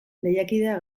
lehiakideak